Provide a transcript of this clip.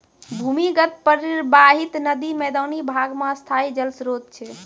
भूमीगत परबाहित नदी मैदानी भाग म स्थाई जल स्रोत छै